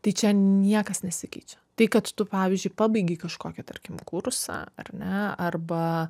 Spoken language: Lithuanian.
tai čia niekas nesikeičia tai kad tu pavyzdžiui pabaigei kažkokį tarkim kursą ar ne arba